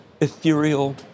ethereal